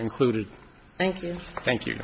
included thank you thank you